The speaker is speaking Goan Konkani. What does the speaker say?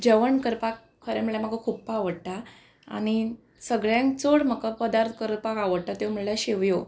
जेवण करपाक खरें म्हळ्यार म्हाका खुप्प आवडटा आनी सगळ्यांक चड म्हाका पदार्थ करपाक आवडटा त्यो म्हळ्ळ्या शेवयो